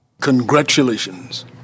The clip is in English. Congratulations